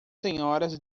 senhoras